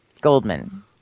Goldman